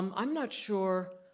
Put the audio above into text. um i'm not sure